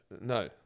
no